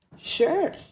sure